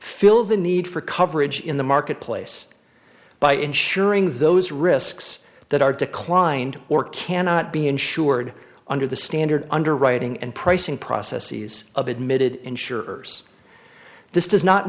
fill the need for coverage in the marketplace by insuring those risks that are declined or cannot be insured under the standard underwriting and pricing processes of admitted insurers this does not